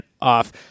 off